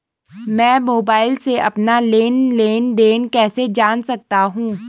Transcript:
मैं मोबाइल से अपना लेन लेन देन कैसे जान सकता हूँ?